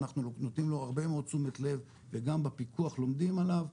אנחנו נותנים לו הרבה מאוד תשומת לב וגם בפיקוח לומדים עליו.